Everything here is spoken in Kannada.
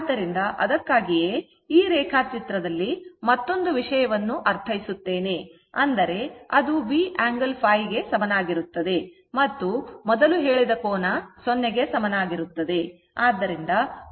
ಆದ್ದರಿಂದ ಅದಕ್ಕಾಗಿಯೇ ಈ ರೇಖಾಚಿತ್ರದಲ್ಲಿ ಮತ್ತೊಂದು ವಿಷಯವನ್ನು ಇಲ್ಲಿ ಅರ್ಥೈಸುತ್ತೇವೆ ಅಂದರೆ ಅದು v angle ϕ ಗೆ ಸಮನಾಗಿರುತ್ತದೆ ಮತ್ತು ಮೊದಲು ಹೇಳಿದ ಕೋನ 0 ಗೆ ಸಮಾನವಾಗಿರುತ್ತದೆ